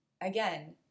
again